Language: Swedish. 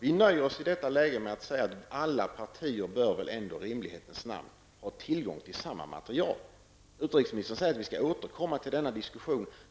Vi nöjer oss i detta läge med att säga att alla partier väl ändå i rimlighetens namn bör ha tillgång till samma material. Utrikesministern säger att vi skall återkomma till denna diskussion.